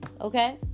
Okay